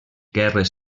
guerres